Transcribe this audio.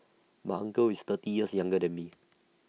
my uncle is thirty years younger than me